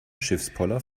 schiffspoller